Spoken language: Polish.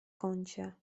kącie